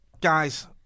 Guys